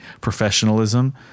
professionalism